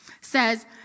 says